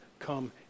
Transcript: come